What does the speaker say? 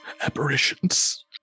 apparitions